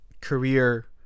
career